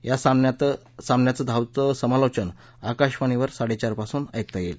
या सामन्यांचं धावतं समालोचन आकाशवाणीवर साडे चार पासून ऐकता येईल